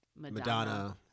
Madonna